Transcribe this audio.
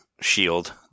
shield